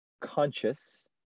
conscious